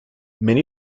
many